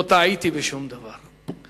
לא טעיתי בשום דבר.